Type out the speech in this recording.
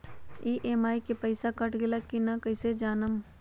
EMI के पईसा कट गेलक कि ना कइसे हम जानब?